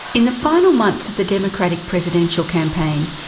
in the final months of the democratic presidential campaign,